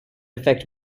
affect